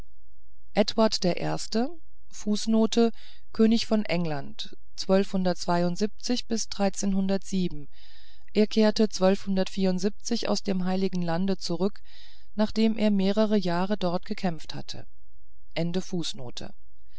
er kehrte aus dem heiligen land zurück nachdem er mehrere jahre dort gekämpft hatte